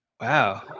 Wow